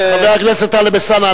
חבר הכנסת טלב אלסאנע,